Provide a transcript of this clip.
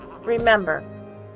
Remember